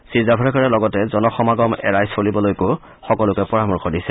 শ্ৰীজাভাড়েকাৰে লগতে জনসমাগম এৰাই চলিবলৈও সকলোকে পৰামৰ্শ দিছে